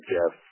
Jeff